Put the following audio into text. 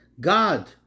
God